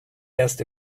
erst